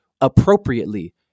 appropriately